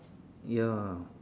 ya